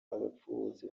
abapfubuzi